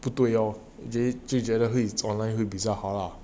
不对 lor then 就觉得会 online 会比较好了